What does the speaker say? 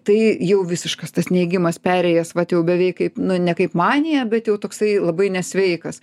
tai jau visiškas tas neigimas perėjęs vat jau beveik kaip ne kaip manija bet jau toksai labai nesveikas